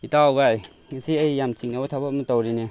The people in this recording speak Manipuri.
ꯏꯇꯥꯎ ꯚꯥꯏ ꯉꯁꯤ ꯑꯩ ꯌꯥꯝ ꯆꯤꯡꯅꯕ ꯊꯕꯛ ꯑꯃ ꯇꯧꯔꯤꯅꯦ